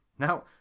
Now